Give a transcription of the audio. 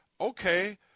okay